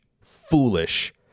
foolish